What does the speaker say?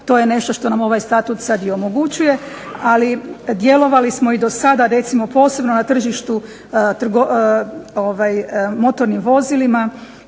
To je nešto što nam ovaj Statut sad i omogućuje, ali djelovali smo i dosada recimo posebno na tržištu motornim vozilima